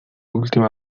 última